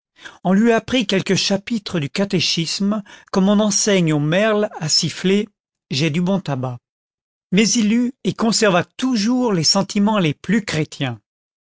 on lui apprit quelques chapitres du catéchisme comme on enseigne aux merles à siffler j'ai du bon tabac mais il eut et conserva toujours les sentiments les plus chrétiens